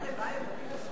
לבייב.